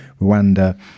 Rwanda